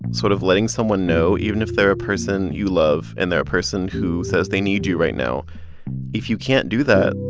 sort of letting someone know even if they're a person you love and they're a person who says they need you right now if you can't do that,